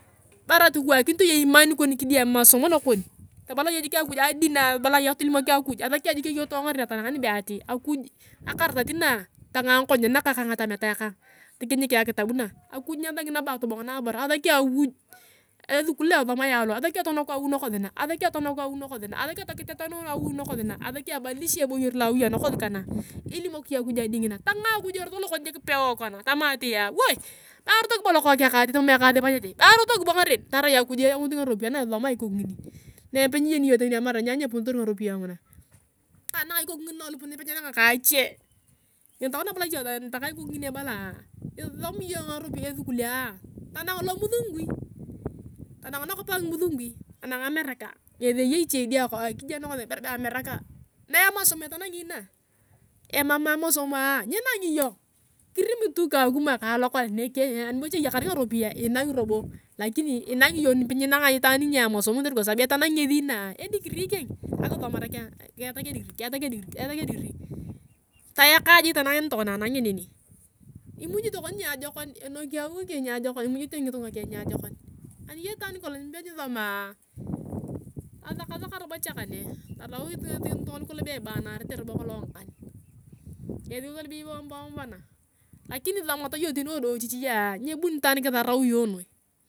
Bora tu kiwakinete iman kon kidiama masomo tabala iyong jik akuj adi na abala ayong katolimok akuj asaki ayong jik eyotoongarea atanang nibe ati akuj aratasi naa tangaa ngakonyaa kang ka ngatameta kang atokienyik ayong akitab naa akuj nyasaki nabo ayong atobong nabor asaki ayong akuj esukul loa esomae atong lu asaki ayong tonek awi nakosi naa asaki ayong tonokawi nakosi naa asaki ayong tokitetenwa awi nakosi naa. Asaki ayong ebadilisha eboyer loa awi anakosi kana ilimok iyong adi ngina tangaa akuj erot lokon peool kona tamaa atia wooe be arotoki bo lokokeng kaati tamam ekaas ipanyete be arotoki bongarea tarai akuj eyaunit ngaropiyae na isomaa ikoku ngini. Nape nyieyeni iyong tani atamar nyani nyienanga kaa ache. Ngesi natokona abala iche taan abalaa isosomi iyong esukulia tanang lomusungui. Tanang nakop angimusungui tanang amerika na emasom etanangi inaa. Emam emasomaa nyinangi iyong. Kirim tu kakuma kalokol neke anibocha iyakar ngaropiyae inangi robo. Inanga iyonga nipe nyienanga itaan nia masom kote kwa sabu etanangi ngesi inaa edigirii keng akisomare keng akisomare keng, kiyatak edigrii tayaka jik tanangea nitokona anang neni. Imuji tokona niajekon enoki awi keng niajekon imujete ngitunga keng niajekon ani iyong itaan nikolong nipe nyisomaa tasakasaka voboche kane, torau esi ngitunga lukolong be ibanarate robo kolong ngakan. Ngesi ngitunga lu ebeyo omba ombana lakini isomat iyong tani wadiochichia nyebuni itaan kisarau iyong noi.